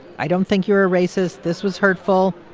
i don't think you're a racist. this was hurtful.